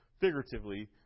figuratively